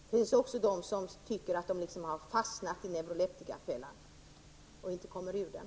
Det finns också de som tycker de har fastnat i neuroleptikafällan och inte kommer ur den.